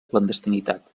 clandestinitat